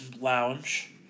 lounge